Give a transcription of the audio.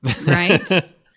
Right